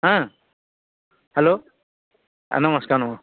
ହଁ ହେଲୋ ନମସ୍କାର ନମସ୍କାର